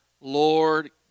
Lord